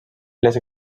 les